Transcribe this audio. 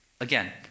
Again